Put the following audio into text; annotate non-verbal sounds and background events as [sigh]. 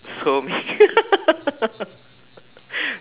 so meaning [laughs]